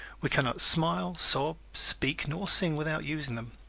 we can not smile, sob, speak nor sing without using them.